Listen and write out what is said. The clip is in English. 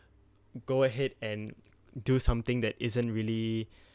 go ahead and do something that isn't really